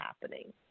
happening